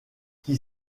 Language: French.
qui